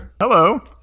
Hello